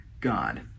God